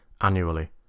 annually